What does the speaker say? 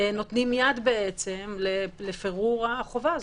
נותנים יד לפירור החובה הזאת.